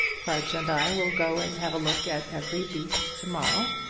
pudge and i will go and have a look at every beast to-morrow,